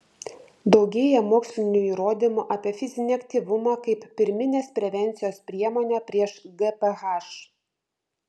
daugėja mokslinių įrodymų apie fizinį aktyvumą kaip pirminės prevencijos priemonę prieš gph